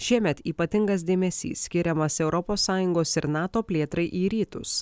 šiemet ypatingas dėmesys skiriamas europos sąjungos ir nato plėtrai į rytus